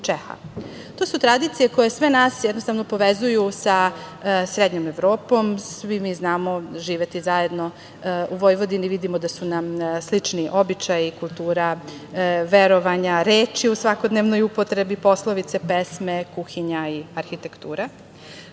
su tradicije koje sve nas, jednostavno, povezuju sa srednjom Evropom. Svi mi znamo živeti zajedno u Vojvodini, vidimo da su nam slični običaji, kultura, verovanja, reči u svakodnevnoj upotrebi, poslovice, pesme, kuhinja i arhitektura. Spomenula